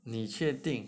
你确定